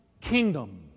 kingdom